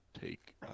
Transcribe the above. take